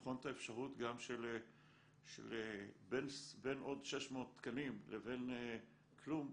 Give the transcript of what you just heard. לבחון את האפשרות, בין עוד 600 תקנים לבין כלום,